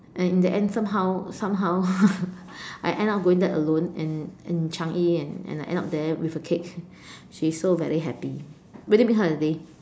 and in the end somehow somehow I end up going there alone and and Changi and and I end up there with a cake she is so very happy really made her day